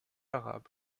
arabe